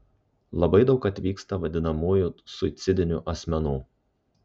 labai daug atvyksta vadinamųjų suicidinių asmenų